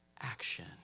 action